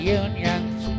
unions